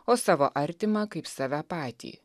o savo artimą kaip save patį